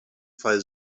fall